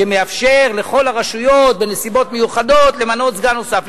שמאפשר לכל הרשויות בנסיבות מיוחדות למנות סגן נוסף.